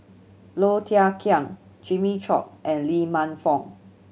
Low Thia Khiang Jimmy Chok and Lee Man Fong